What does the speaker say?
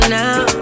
now